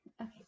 Okay